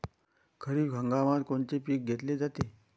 खरिप हंगामात कोनचे पिकं घेतले जाते?